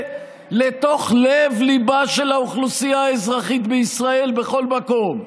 לתוך לב-ליבה של האוכלוסייה האזרחית בישראל בכל מקום.